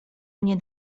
mię